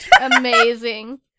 Amazing